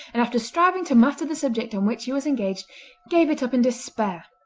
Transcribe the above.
and after striving to master the subject on which he was engaged gave it up in despair,